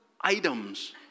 items